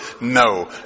no